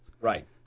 Right